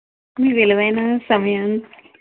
మీ విలువైన సమయాన్ని